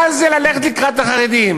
מה זה "ללכת לקראת החרדים"?